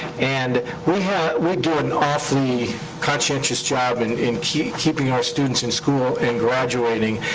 and we we do an awfully conscientious job and in keeping keeping our students in school and graduating.